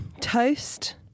Toast